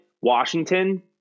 Washington